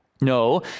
No